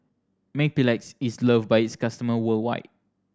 Mepilex is love by its customer worldwide